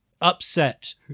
upset